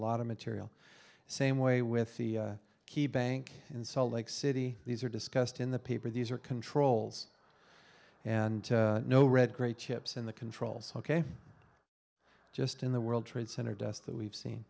lot of material same way with the key bank in salt lake city these are discussed in the paper these are controls and no red great chips in the controls ok just in the world trade center dust that we've seen